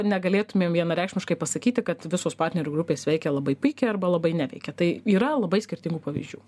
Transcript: negalėtumėm vienareikšmiškai pasakyti kad visos partnerių grupės veikia labai pigiai arba labai neveikia tai yra labai skirtingų pavyzdžių